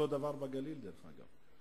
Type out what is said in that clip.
אותו הדבר בגליל, דרך אגב.